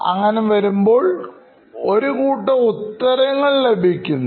അങ്ങനെ വരുമ്പോൾ ഒരു കൂട്ടം ഉത്തരങ്ങൾ ലഭിക്കുന്നു